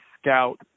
scout